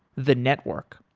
the network.